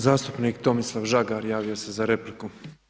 Zastupnik Tomislav Žagar javio se za repliku.